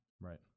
Right